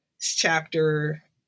chapter